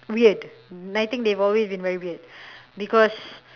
weird I think they have always been very weird because